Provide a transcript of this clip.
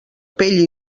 pell